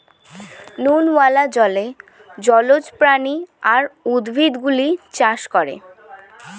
নুনওয়ালা জলে জলজ প্রাণী আর উদ্ভিদ গুলো চাষ করে